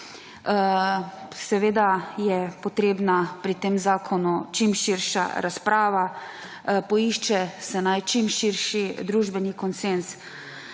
Seveda je potrebna pri tem zakonu čim širša razprava, poišče se naj čim širši družbeni konsenz.